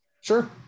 sure